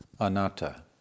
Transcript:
anatta